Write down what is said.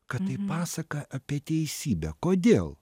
kad tai pasaka apie teisybę kodėl